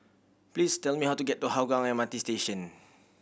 please tell me how to get to Hougang M R T Station